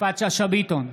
יפעת שאשא ביטון,